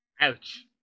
Ouch